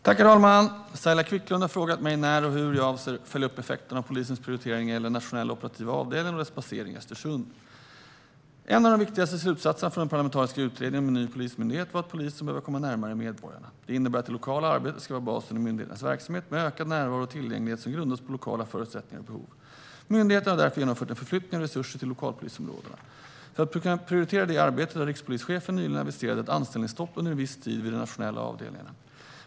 Herr talman! Saila Quicklund har frågat mig när och hur jag avser att följa upp effekterna av polisens prioriteringar gällande den nationella operativa avdelningen och dess basering i Östersund. En av de viktigaste slutsatserna från den parlamentariska utredningen om en ny polismyndighet var att polisen behöver komma närmare medborgarna. Det innebär att det lokala arbetet ska vara basen i myndighetens verksamhet, med ökad närvaro och tillgänglighet som grundas på lokala förutsättningar och behov. Myndigheten har därför genomfört en förflyttning av resurser till lokalpolisområdena. För att kunna prioritera det arbetet har rikspolischefen nyligen aviserat ett anställningsstopp under en viss tid vid de nationella avdelningarna.